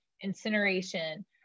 incineration